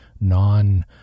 non